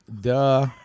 Duh